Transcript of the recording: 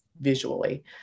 visually